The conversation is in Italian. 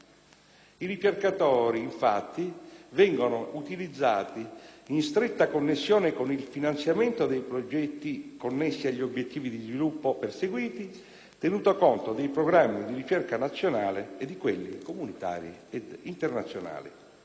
I ricercatori, infatti, vengono utilizzati in stretta connessione con il finanziamento dei progetti connessi agli obiettivi di sviluppo perseguiti, tenuto conto dei programmi di ricerca nazionali e di quelli comunitari ed internazionali.